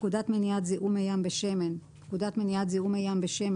"פקודת מניעת זיהום מי ים בשמן" פקודת מניעת זיהום מי ים בשמן